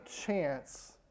chance